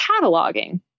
cataloging